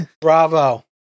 Bravo